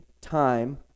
time